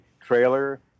trailer